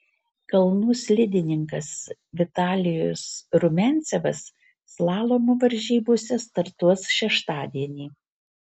kalnų slidininkas vitalijus rumiancevas slalomo varžybose startuos šeštadienį